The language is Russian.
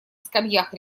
скамьях